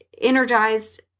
energized